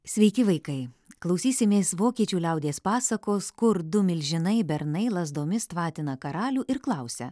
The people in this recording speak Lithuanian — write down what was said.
sveiki vaikai klausysimės vokiečių liaudies pasakos kur du milžinai bernai lazdomis tvatina karalių ir klausia